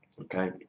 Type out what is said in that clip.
Okay